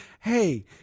hey